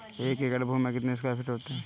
एक एकड़ भूमि में कितने स्क्वायर फिट होते हैं?